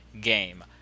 game